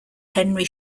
henry